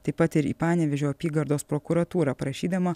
taip pat ir į panevėžio apygardos prokuratūrą prašydama